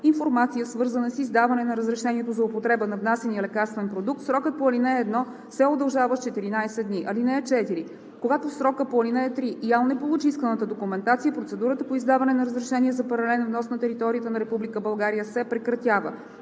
информация, свързана с издаване на разрешението за употреба на внасяния лекарствен продукт, срокът по ал. 1 се удължава с 14 дни. (4) Когато в срока по ал. 3 ИАЛ не получи исканата документация, процедурата по издаване на разрешение за паралелен внос на територията на Република